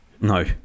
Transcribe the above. No